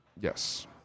Yes